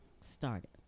started